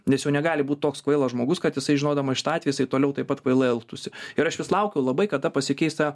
nes jau negali būt toks kvailas žmogus kad jisai žinodamas šitą atvejį jisai toliau taip pat kvailai elgtųsi ir aš vis laukiu labai kada pasikeis ta